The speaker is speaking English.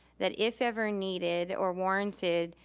that if ever needed or warranted,